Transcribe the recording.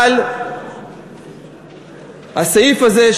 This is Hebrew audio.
אבל הסעיף הזה,